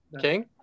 King